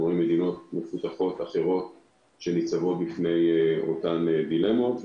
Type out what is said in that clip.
אנחנו רואים מדינות מפותחות אחרות שניצבות בפני אותן דילמות,